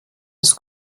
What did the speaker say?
des